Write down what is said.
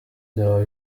byaba